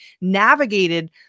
navigated